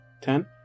Ten